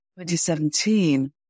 2017